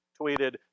tweeted